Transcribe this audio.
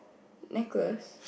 necklace